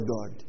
God